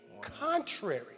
contrary